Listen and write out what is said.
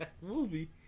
movie